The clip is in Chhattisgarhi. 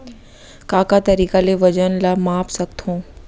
का का तरीक़ा ले वजन ला माप सकथो?